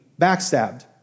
backstabbed